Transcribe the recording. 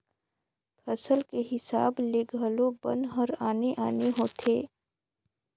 फसल के हिसाब ले घलो बन हर आने आने होथे